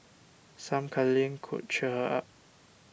some cuddling could cheer her up